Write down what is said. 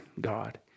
God